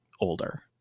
older